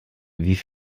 wie